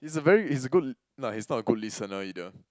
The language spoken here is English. he's a very he's a good l~ no he's not a good listener either